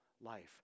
life